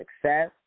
success